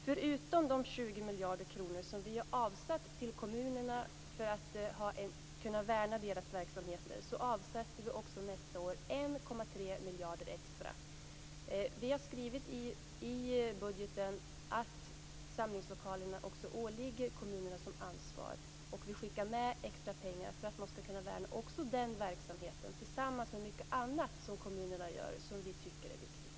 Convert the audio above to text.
Förutom de 20 miljarder kronor som vi har avsatt till kommunerna för att kunna värna deras verksamheter avsätter vi också nästa år 1,3 miljarder extra. Vi har skrivit i budgeten att samlingslokalerna åligger kommunerna som ansvar. Vi skickar med extra pengar för att man skall kunna värna också den verksamheten - tillsammans med mycket annat som kommunerna gör som vi tycker är viktigt.